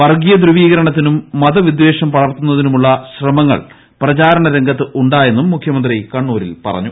വർഗീയ ധ്രുവീകരണത്തിനും മതവിദ്ധേഷം പടർത്തുന്നതിനുമുള്ള ശ്രമങ്ങൾ പ്രചാരണ രംഗത്ത് ഉണ്ടായെന്നും മുഖ്യമന്ത്രി കണ്ണൂരിൽ പറഞ്ഞു